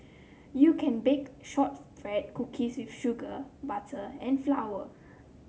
you can bake shortbread cookies with sugar butter and flour